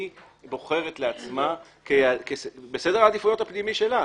בוחרת לעצמה בסדר העדיפויות הפנימי שלה.